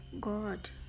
God